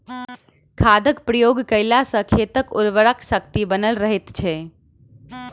खादक प्रयोग कयला सॅ खेतक उर्वरा शक्ति बनल रहैत छै